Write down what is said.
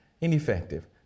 ineffective